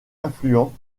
affluent